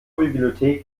bibliothek